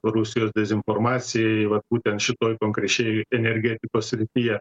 rusijos dezinformacijai vat būtent šitoj konkrečiai energetikos srityje